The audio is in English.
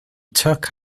took